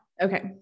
Okay